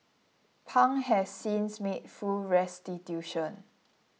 Pang has since made full restitution